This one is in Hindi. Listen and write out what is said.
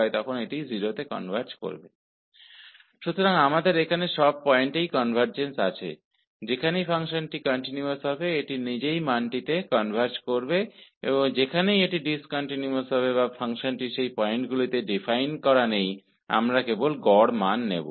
तो जहां भी फ़ंक्शन कंटिन्युअस है उन सभी बिंदुओं पर कन्वर्जेन्स है यह स्वयं मान में कनवर्ज हो जाएगा और जहां भी यह डिस्कन्टिन्युअस है या जिन बिंदुओं पर फ़ंक्शन परिभाषित नहीं है हम केवल औसत मान लेंगे